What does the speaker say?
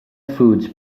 foods